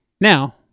Now